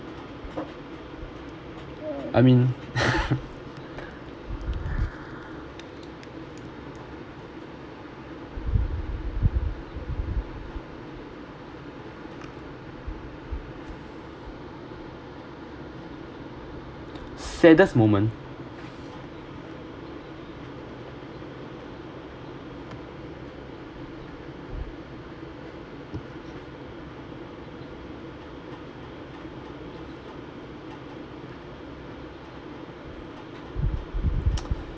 I mean saddest moment